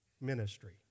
ministry